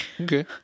Okay